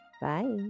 Bye